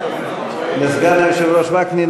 לסגן היושב-ראש וקנין.